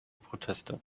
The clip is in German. proteste